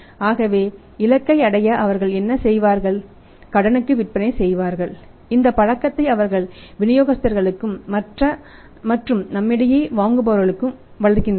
ஆகவே இலக்கை அடைய அவர்கள் என்ன செய்வார்கள் கடனுக்கு விற்பனை செய்வார்கள் இந்தப் பழக்கத்தை அவர்கள் விநியோகஸ்தர்களுக்கும் மற்றும் நம்மிடையே வாங்குபவர்களுக்கும் வளர்க்கின்றனர்